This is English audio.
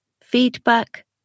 feedback